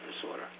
disorder